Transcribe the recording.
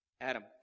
Adam